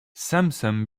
samson